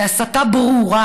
כהסתה ברורה.